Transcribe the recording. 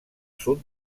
sud